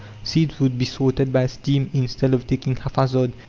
seeds would be sorted by steam instead of taken haphazard,